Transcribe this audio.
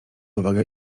uwagę